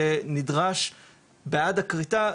נדרש בעד הכריתה,